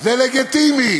זה לגיטימי.